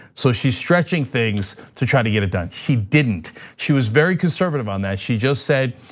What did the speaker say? so she's stretching things to try to get it done. she didn't, she was very conservative on that. she just said,